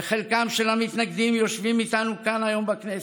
וחלק מהמתנגדים יושבים איתנו כאן היום בכנסת.